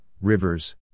rivers